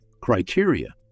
criteria